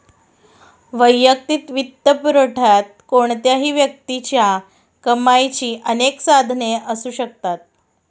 वैयक्तिक वित्तपुरवठ्यात कोणत्याही व्यक्तीच्या कमाईची अनेक साधने असू शकतात